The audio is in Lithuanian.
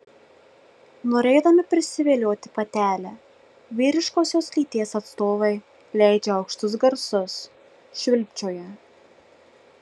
norėdami prisivilioti patelę vyriškosios lyties atstovai leidžia aukštus garsus švilpčioja